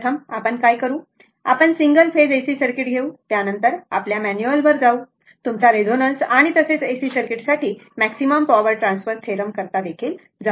प्रथम आपण काय करू आपण सिंगल फेज एसी सर्किट घेऊ त्यानंतर आपल्या मॅन्युअल वर जाऊ तुमचा रेझोनन्स आणि तसेच AC सर्किटसाठी मॅक्सिमम पॉवर ट्रान्सफर थेरम करीता जाऊ